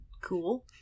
Cool